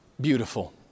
beautiful